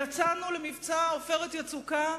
יצאנו למבצע "עופרת יצוקה".